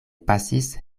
pasis